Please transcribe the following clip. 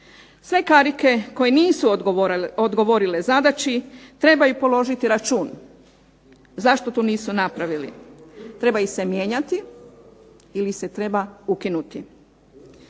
Sve karike koje nisu odgovorile zadaći trebaju položiti račun zašto to nisu napravili. Treba ih se mijenjati ili ih se treba ukinuti.